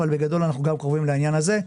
אבל בגדול אנחנו גם קרובים בעניין הזה,